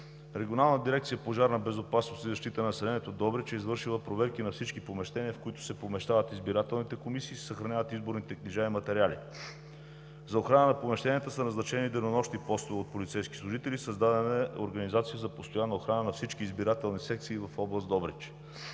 Регионална дирекция „Пожарна безопасност и защита на населението“ в Добрич е извършила проверки на всички помещения, в които се помещават избирателните комисии и се съхраняват изборните книжа и материали. За охрана на помещенията са назначени денонощни постове от полицейски служители, създадена е организация за постоянна охрана на всички избирателни секции в област Добрич.